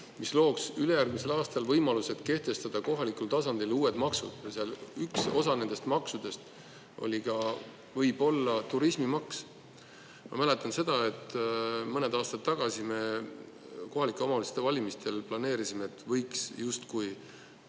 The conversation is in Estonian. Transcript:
mis looks ülejärgmisel aastal võimaluse kehtestada kohalikul tasandil uued maksud. Ja üks osa nendest maksudest on võib-olla ka turismimaks. Ma mäletan seda, et mõned aastad tagasi me kohalike omavalitsuste valimistel planeerisime, et võiks panna